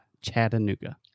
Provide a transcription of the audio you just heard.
Chattanooga